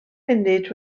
munud